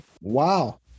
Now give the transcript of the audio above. Wow